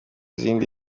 izindi